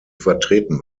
vertreten